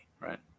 right